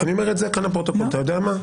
אני אומר את זה כאן לפרוטוקול, אתה יודע מה?